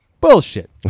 Bullshit